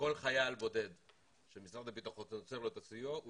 שכל חייל בודד שמשרד הביטחון עוצר לו את הסיוע,